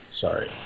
Sorry